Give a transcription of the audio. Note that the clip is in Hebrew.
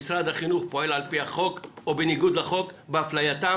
משרד החינוך פועל על פי החוק או בניגוד לחוק באפלייתם